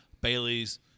Bailey's